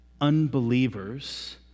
unbelievers